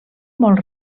molt